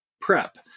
prep